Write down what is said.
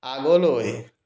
আগলৈ